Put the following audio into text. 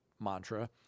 mantra